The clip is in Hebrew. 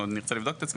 צריך לעבוד על הדברים